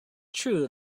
true